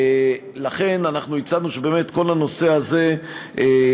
לכן אנחנו הצענו שבאמת כל הנושא הזה ייבחן,